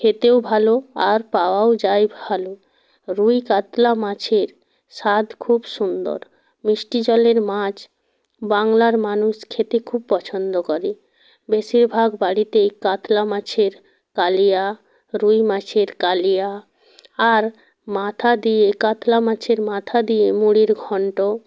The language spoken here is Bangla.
খেতেও ভালো আর পাওয়াও যায় ভালো রুই কাতলা মাছের স্বাদ খুব সুন্দর মিষ্টি জলের মাছ বাংলার মানুষ খেতে খুব পছন্দ করে বেশিরভাগ বাড়িতেই কাতলা মাছের কালিয়া রুই মাছের কালিয়া আর মাথা দিয়ে কাতলা মাছের মাথা দিয়ে মুড়ি ঘন্ট